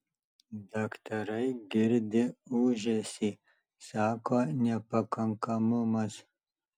daktarai girdi ūžesį sako nepakankamumas